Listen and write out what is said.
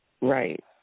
Right